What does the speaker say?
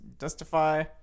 justify